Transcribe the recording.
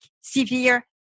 severe